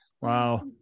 wow